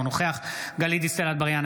אינו נוכח גלית דיסטל אטבריאן,